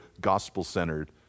gospel-centered